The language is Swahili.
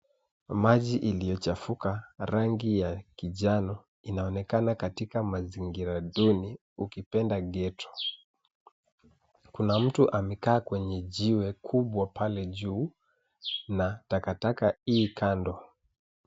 Maji iliyochafuka rangi ya kijano inaonekana katika mazingira duni ukipenda ghetto . Kuna mtu amekaa kwenye jiwe kubwa pale juu na takataka i kando.